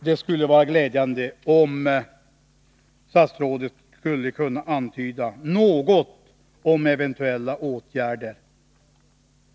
Det skulle vara glädjande om statsrådet kunde antyda något om eventuella åtgärder på detta område.